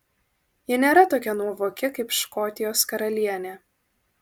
ji nėra tokia nuovoki kaip škotijos karalienė